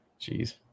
Jeez